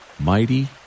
Mighty